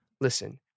listen